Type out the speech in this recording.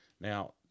Now